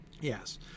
Yes